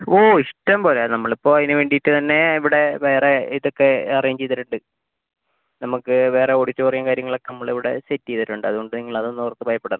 ഓ ഇഷ്ട്ടം പോലെ നമ്മളിപ്പോൾ അതിന് വേണ്ടീട്ട് തന്നെ ഇവിടെ വേറെ ഇതൊക്കെ അറേഞ്ച് ചെയ്തിട്ടുണ്ട് നമുക്ക് വേറെ ഓഡിറ്റോറിയം കാര്യങ്ങളൊക്കെ നമ്മളിവിടെ സെറ്റ് ചെയ്ത് തരും കേട്ടോ അതുകൊണ്ട് നിങ്ങളതൊന്നും ഓർത്ത് ഭയപ്പെടേണ്ട